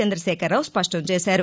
చంద్రశేఖరరావు స్పష్టం చేశారు